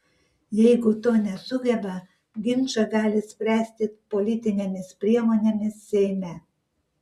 jeigu to nesugeba ginčą gali spręsti politinėmis priemonėmis seime